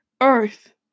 Earth